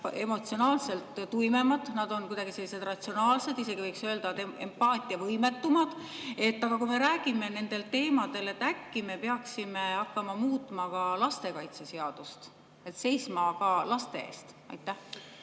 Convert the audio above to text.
emotsionaalselt tuimemad, nad on kuidagi ratsionaalsed, isegi võiks öelda, et empaatiavõimetumad. Rääkides nendest teemadest, äkki me peaksime hakkama muutma ka lastekaitseseadust, et seista ka laste eest? Aitäh!